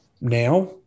now